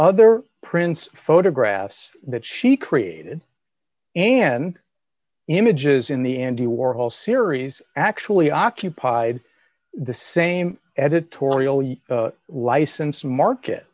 other prints photographs that she created and images in the andy warhol series actually occupied the same editorial license market